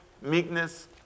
meekness